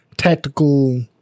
tactical